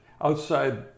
outside